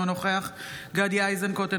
אינו נוכח גדי איזנקוט,